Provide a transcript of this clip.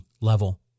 level